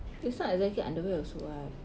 it's not exactly underwear also [what]